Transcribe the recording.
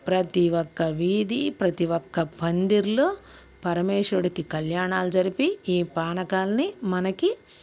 ప్రతీ ఒక్క వీది ప్రతీ ఒక్క పందిరిలో పరమేశ్వరుడికి కళ్యాణాలు జరిపి ఈ పానకాల్ని మనకి